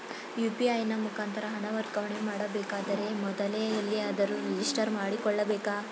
UPI ನ ಮುಖಾಂತರ ಹಣ ವರ್ಗಾವಣೆ ಮಾಡಬೇಕಾದರೆ ಮೊದಲೇ ಎಲ್ಲಿಯಾದರೂ ರಿಜಿಸ್ಟರ್ ಮಾಡಿಕೊಳ್ಳಬೇಕಾ?